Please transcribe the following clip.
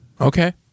Okay